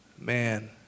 man